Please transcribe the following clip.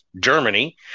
Germany